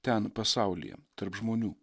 ten pasaulyje tarp žmonių